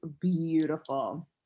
beautiful